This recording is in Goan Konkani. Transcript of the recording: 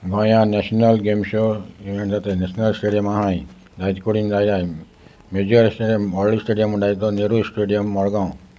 गोंयान नॅशनल गेम शो जाता नॅशनल स्टेडीयम आसाय जायत कोडीन जाय जाय मेजर स्टेडयम व्हडलो स्टेडयम जाय तो नेहरू स्टेडीियम मडगांव